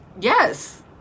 Yes